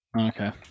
Okay